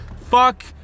fuck